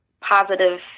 positive